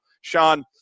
Sean